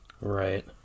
Right